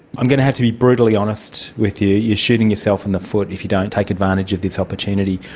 i'm going to have to be brutally honest with you, you are shooting yourself in the foot if you don't take advantage of this opportunity.